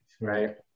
Right